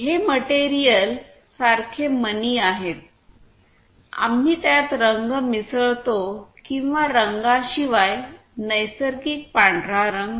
हे मटेरियल सारखे मनी आहेत आम्ही त्यात रंग मिसळतो किंवा रंगाशिवाय नैसर्गिक पांढरा रंग